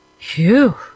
Phew